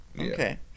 okay